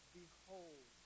behold